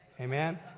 Amen